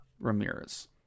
Ramirez